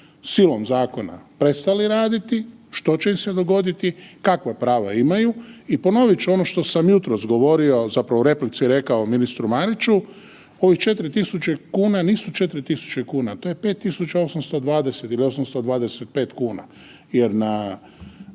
silom zakona prestali raditi što će im se dogoditi, kakva prava imaju i ponovit ću ono što sam jutros govorio, zapravo u replici rekao ministru Mariću, ovih 4.000 kuna nisu 4.000, tko je 5.820 ili 825 kuna jer na